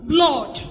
Blood